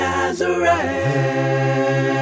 Nazareth